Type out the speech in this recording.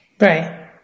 Right